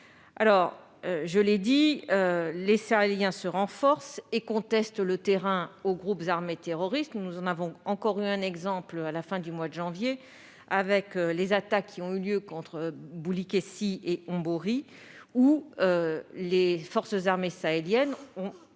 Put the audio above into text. Takuba. Je le répète, les Sahéliens se renforcent et contestent le terrain aux groupes armés terroristes. Nous en avons encore eu un exemple à la fin du mois de janvier dernier, avec les attaques menées contre Boulikessi et Hombori : les forces armées sahéliennes ont